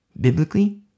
Biblically